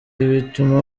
bituma